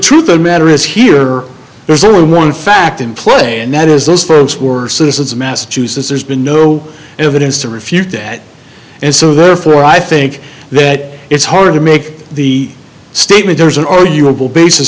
truth of matter is here there's only one fact in play and that is this parents were citizens of massachusetts there's been no evidence to refute that and so therefore i think that it's hard to make the statement there is an arguable basis